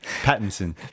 Pattinson